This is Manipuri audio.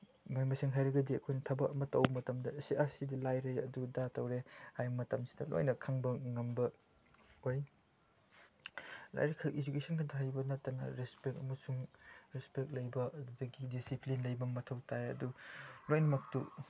ꯃꯍꯩ ꯃꯁꯤꯡ ꯍꯩꯔꯒꯗꯤ ꯑꯩꯈꯣꯏꯅ ꯊꯕꯛ ꯑꯃ ꯇꯧꯕ ꯃꯇꯝꯗ ꯑꯁ ꯁꯤꯗꯤ ꯂꯥꯏꯔꯦ ꯑꯗꯨ ꯑꯗꯥ ꯇꯧꯔꯦ ꯍꯥꯏꯕ ꯃꯇꯝꯁꯤꯗ ꯂꯣꯏꯅ ꯈꯪꯕ ꯉꯝꯕ ꯑꯣꯏ ꯂꯥꯏꯔꯤꯛꯈꯛ ꯏꯖꯨꯀꯦꯁꯟꯈꯛꯇ ꯍꯩꯕ ꯅꯠꯇꯅ ꯔꯦꯁꯄꯦꯛ ꯑꯃꯁꯨꯡ ꯔꯦꯁꯄꯦꯛ ꯂꯩꯕ ꯑꯗꯨꯗꯒꯤ ꯗꯤꯁꯤꯄ꯭ꯂꯤꯟ ꯂꯩꯕ ꯃꯊꯧ ꯇꯥꯏ ꯑꯗꯨ ꯂꯣꯏꯅꯃꯛꯇꯨ